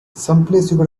someplace